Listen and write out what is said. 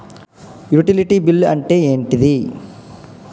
Utility bill అంటే ఏంటిది?